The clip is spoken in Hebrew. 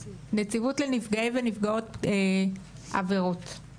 נציבות לנפגעי ונפגעות עבירות,